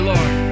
Lord